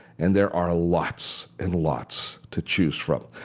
and there are lots and lots to choose from.